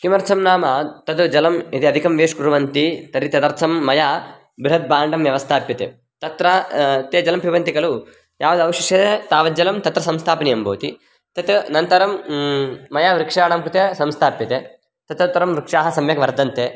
किमर्थं नाम तत् जलं यदि अधिकं वेश्ट् कुर्वन्ति तर्हि तदर्थं मया बृहत् बाण्डं व्यवस्थाप्यते तत्र ते जलं पिबन्ति खलु यावत् अपेक्षते तावत् जलं तत्र संस्थापनीयं भवति तदनन्तरं मया वृक्षानां कृते संस्थाप्यते तदुतरं वृक्षाः सम्यक् वर्धन्ते